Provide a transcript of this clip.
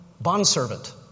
bondservant